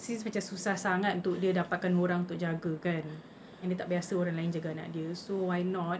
since macam susah sangat untuk dia dapatkan orang untuk jaga kan and dia tak biasa orang lain jaga anak dia so why not